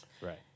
Right